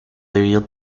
debido